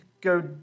go